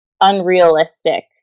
unrealistic